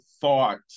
thought